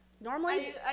Normally